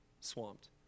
swamped